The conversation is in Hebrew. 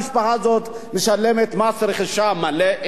המשפחה הזאת משלמת מס רכישה מלא,